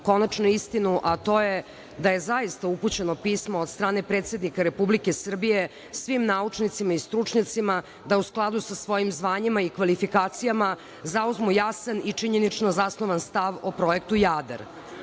konačnu istinu, a to je da je zaista upućeno pismo od strane predsednika Republike Srbije svim naučnicima i stručnjacima da u skladu sa svojim zvanjima i kvalifikacijama zauzmu jasan i činjenično zasnovan stav o Projektu